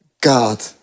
God